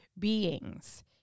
Beings